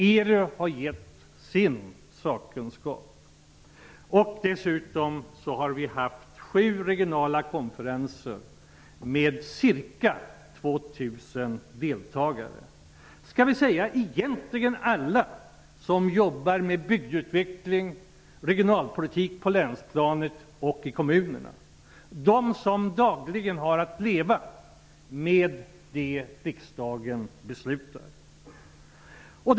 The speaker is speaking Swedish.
ERU har bidragit med sin sakkunskap. Dessutom har vi haft sju regionala konferenser med ca 2 000 deltagare. Det är egentligen alla som jobbar med bygdutveckling, regionalpolitik på länsplanet och i kommunerna, de som dagligen har att leva med det som riksdagen beslutar.